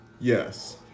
Yes